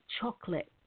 chocolate